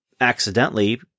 accidentally